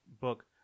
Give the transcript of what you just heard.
book